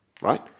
right